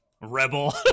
Rebel